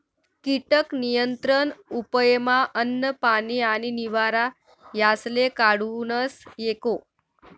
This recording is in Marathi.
कीटक नियंत्रण उपयमा अन्न, पानी आणि निवारा यासले काढूनस एको